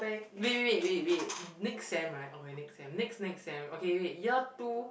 wait wait wait wait wait next sem right okay next sem next next sem okay wait year two